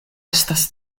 estas